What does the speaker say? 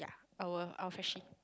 ya our our freshie